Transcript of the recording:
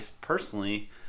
personally